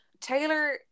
taylor